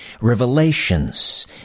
revelations